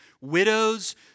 Widows